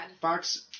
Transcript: Fox